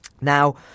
Now